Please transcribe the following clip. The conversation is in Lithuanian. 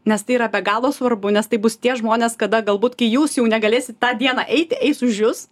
nes tai yra be galo svarbu nes tai bus tie žmonės kada galbūt kai jūs jau negalėsit tą dieną eiti eis už jus